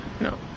no